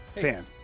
fan